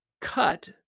cut